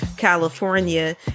California